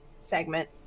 Segment